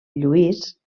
lluís